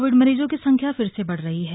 Covid मरीजों की संख्या फिर से बढ़ रही है